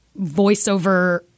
voiceover